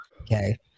okay